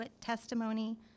testimony